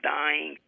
dying